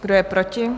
Kdo je proti?